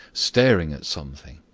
staring at something.